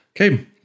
Okay